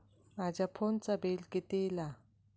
माझ्या फोनचा बिल किती इला?